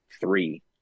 three